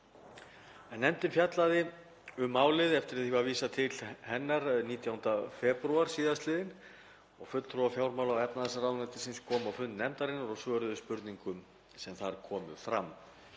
Nefndin fjallaði um málið eftir að því var vísað til hennar 19. febrúar síðastliðinn og fulltrúar fjármála- og efnahagsráðuneytisins komu á fund nefndarinnar og svöruðu spurningum sem þar komu fram.